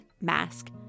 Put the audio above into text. mask